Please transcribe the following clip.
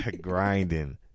grinding